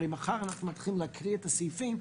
הרי מחר אנחנו מתחילים להקריא את הסעיפים,